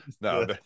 No